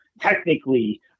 technically